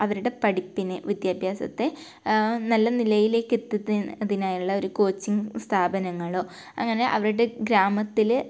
അവരുടെ പഠിപ്പിനെ വിദ്യാഭ്യാസത്തെ നല്ല നിലയിലേക്കെത്തുന്നതിനായുള്ള ഒരു കോച്ചിങ് സ്ഥാപനങ്ങളോ അങ്ങനെ അവരുടെ ഗ്രാമത്തിൽ